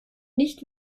nicht